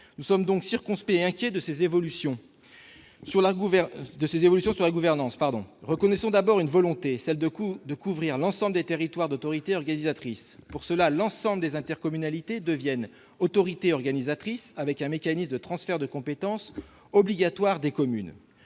Nous sommes donc circonspects et inquiets face à ces évolutions. En ce qui concerne la gouvernance, reconnaissons d'abord une volonté, celle de couvrir l'ensemble des territoires d'autorités organisatrices. Pour cela, toutes les intercommunalités deviennent autorités organisatrices, avec un mécanisme de transfert de compétence obligatoire des communes.